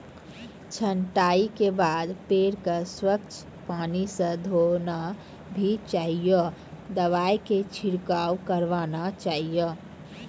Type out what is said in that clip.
छंटाई के बाद पेड़ क स्वच्छ पानी स धोना भी चाहियो, दवाई के छिड़काव करवाना चाहियो